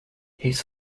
his